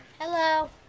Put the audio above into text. Hello